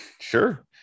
sure